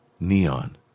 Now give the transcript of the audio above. Neon